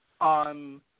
on